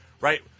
right